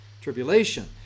tribulation